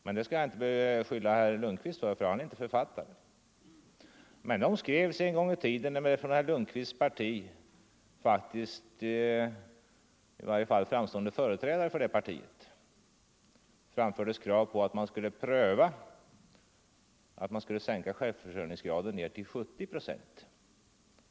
Men det skall jag inte beskylla herr Lundkvist för, ty han är inte författaren. Men de skrevs en gång i tiden av en representant för herr Lundkvists parti. En framstående företrädare för det partiet framförde även krav på att man skulle sänka självförsörjningsgraden till 70 procent.